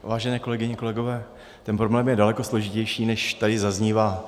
Vážené kolegyně, kolegové, ten problém je daleko složitější, než tady zaznívá.